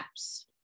apps